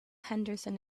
henderson